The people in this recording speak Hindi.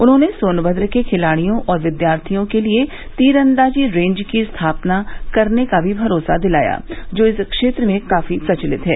उन्होंने सोनभद्र के खिलाड़ियों और विद्यार्थियों के लिए तीरंदाजी रेंज की स्थाापना करने का भी भरोसा दिलाया जो इस क्षेत्र में काफी प्रचलित है